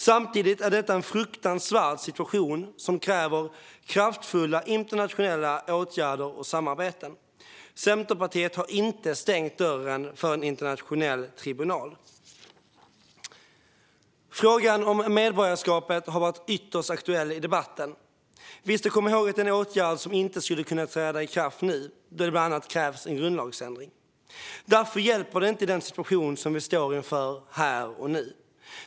Samtidigt är detta en fruktansvärd situation som kräver kraftfulla internationella åtgärder och samarbeten. Centerpartiet har inte stängt dörren för en internationell tribunal. Frågan om medborgarskapet har varit ytterst aktuell i debatten. Vi ska komma ihåg att det är en åtgärd som inte skulle kunna träda i kraft nu, då det bland annat krävs en grundlagsändring. Därför hjälper det inte i den situation som vi står inför här och nu.